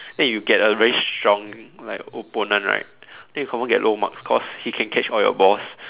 then if you get a very strong like opponent right then you confirm get low marks cause he can catch all your balls